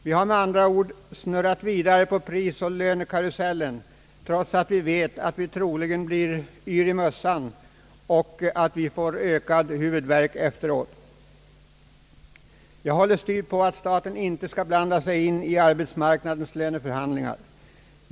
Vi har med andra ord snurrat vidare på prisoch lönekarusellen, trots att vi vet att vi troligen blir yra i mössan och får ökad huvudvärk efteråt. Jag håller styvt på att staten inte skall blanda sig i arbetsmarknadens löneförhandlingar.